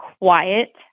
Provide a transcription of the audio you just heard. quiet